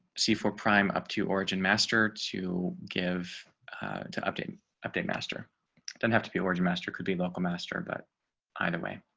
see for prime up to origin master to give to update update master don't have to be origin master could be local master, but either way.